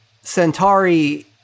Centauri